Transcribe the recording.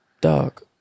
dog